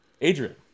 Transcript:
Adrian